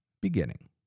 beginning